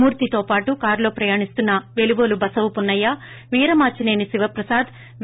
మూర్తితో పాటు కారులో ప్రయాణిస్తున్న పేలువోలు బసవపున్న య్య వీర మాచిసేని శివప్రసాద్ వి